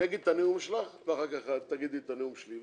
אגיד את הנאום שלך ואחר כך את תגידי את הנאום שלי,